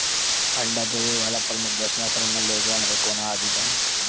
अंडा देवे वाला प्रमुख दस नस्ल में लेघोर्न, एंकोना आदि बा